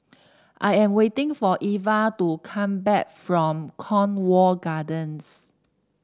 I am waiting for Eva to come back from Cornwall Gardens